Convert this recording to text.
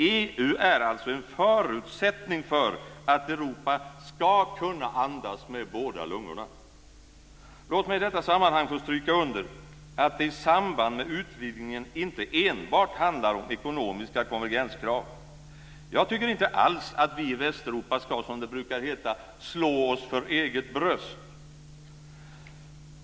EU är en förutsättning för att Europa ska kunna andas med båda lungorna. Låt mig i detta sammanhang få stryka under att det i samband med utvidgningen inte enbart handlar om ekonomiska konvergenskrav. Jag tycker inte alls att vi i Västeuropa ska, som det brukar heta, slå oss för eget bröst.